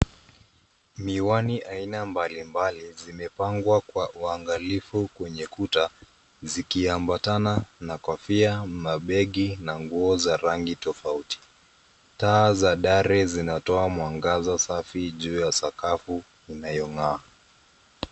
miwani aina mbali mbali zimepangwa kwa uangalifu kwenye kuta zikiambatana na kofia ,mabegi na nguo za rangi tafauti, taa za dare zinatoa mwangaza safi juu ya sakafu inayong'aa.